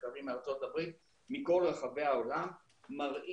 מחקרים מארצות הברית ומכל רחבי העולם מראים